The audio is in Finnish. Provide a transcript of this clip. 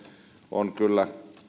on kyllä